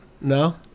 no